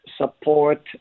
support